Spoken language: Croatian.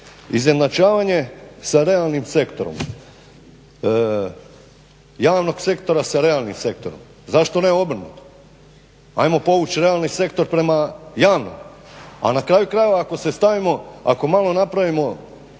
Izjednačavanje sa realnim sektorom, javnog sektora sa realnim sektorom, zašto ne obrnuto? Ajmo povući realni sektor prema javnom. A na kraju krajeva ako se stavimo, ako malo napravimo